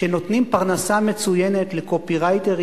שנותנים פרנסה מצוינת לקופירייטרים